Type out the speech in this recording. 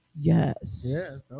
yes